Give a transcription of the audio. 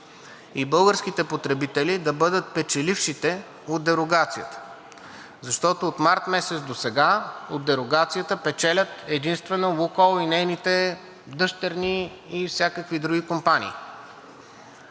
и българските потребители да бъдат печелившите от дерогацията, защото от март месец досега от дерогацията печелят единствено „Лукойл“ и нейните дъщерни и всякакви други компании,